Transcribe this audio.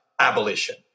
abolition